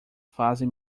fazem